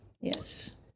Yes